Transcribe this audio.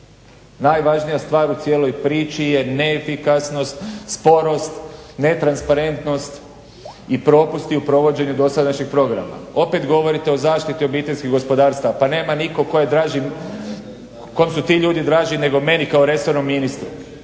Najvažnija stvar u cijeloj priči je neefikasnost, sporost, netransparentnost i propusti u provođenju dosadašnjeg programa. Opet govorite o zaštiti obiteljskih gospodarstava. Pa nema nitko tko je draži, kom su ti ljudi draži nego meni kao resornom ministru